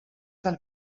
del